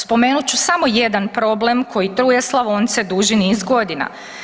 Spomenut ću samo jedan problem koji truje Slavonce duži niz godina.